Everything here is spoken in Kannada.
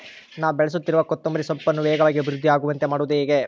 ನಾನು ಬೆಳೆಸುತ್ತಿರುವ ಕೊತ್ತಂಬರಿ ಸೊಪ್ಪನ್ನು ವೇಗವಾಗಿ ಅಭಿವೃದ್ಧಿ ಆಗುವಂತೆ ಮಾಡುವುದು ಹೇಗೆ?